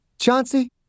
Chauncey